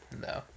no